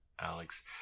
Alex